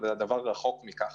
בפועל הדברים אינם כך.